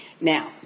Now